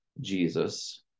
Jesus